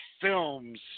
films